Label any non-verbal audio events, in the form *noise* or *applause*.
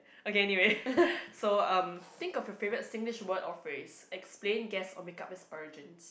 okay anyway *laughs* so um think of your favourite Singlish word or phrase explain guess or make up its origins